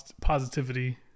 positivity